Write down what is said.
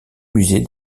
musée